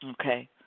okay